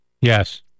Yes